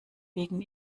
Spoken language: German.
wegen